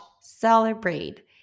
celebrate